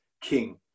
king